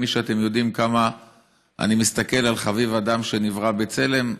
כמי שאתם יודעים כמה אני מסתכל על "חביב אדם שנברא בצלם",